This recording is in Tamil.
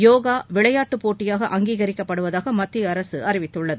யோகா விளையாட்டு போட்டியாக அங்கீகரிக்கப்படுவதாக மத்திய அரசு அறிவித்துள்ளது